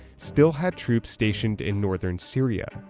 still had troops stationed in northern syria.